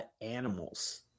animals